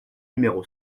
numéro